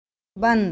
बंद